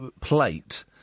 plate